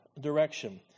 direction